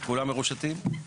כולם מרושתים?